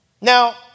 now